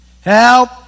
Help